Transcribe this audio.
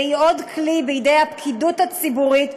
והיא עוד כלי בידי הפקידות הציבורית,